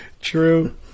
true